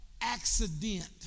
accident